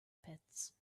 pits